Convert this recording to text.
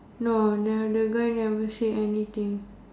no never the guy never say anything